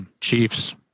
Chiefs